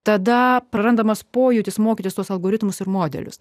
tada prarandamas pojūtis mokytis tuos algoritmus ir modelius